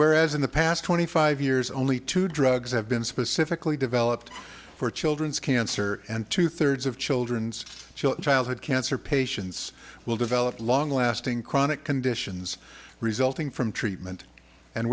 whereas in the past twenty five years only two drugs have been specifically developed for children's cancer and two thirds of children's cancer patients will develop long lasting chronic conditions resulting from treatment and